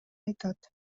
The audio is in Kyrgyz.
айтат